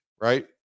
right